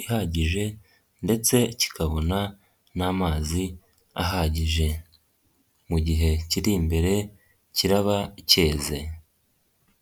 ihagije ndetse kikabona n'amazi ahagije. Mu gihe kiri imbere kiraba cyeze.